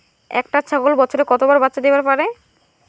একটা ছাগল বছরে কতবার বাচ্চা দিবার পারে?